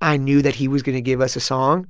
i knew that he was going to give us a song,